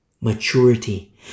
Maturity